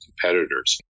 competitors